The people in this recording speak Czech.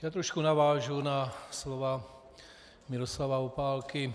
Já trošku navážu na slova Miroslava Opálky.